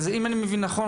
אז אם אני מבין נכון,